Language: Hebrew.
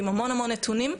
עם המון המון נתונים,